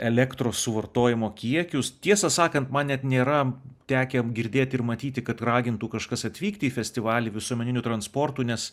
elektros suvartojimo kiekius tiesą sakant man net nėra tekę girdėti ir matyti kad ragintų kažkas atvykti į festivalį visuomeniniu transportu nes